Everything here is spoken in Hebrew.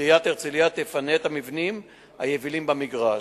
הרצלייה תפנה את המבנים היבילים במגרש,